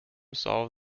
solve